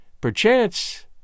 Perchance